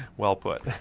well put.